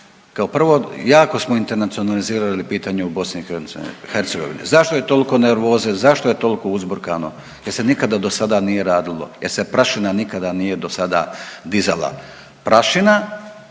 Kao prvo jako smo internacionalizirali pitanje u BiH. Zašto je tolko nervoze, zašto je tolko uzburkano, jer se nikada do sada nije radilo, jer se prašina nikada nije dosada dizala, prašina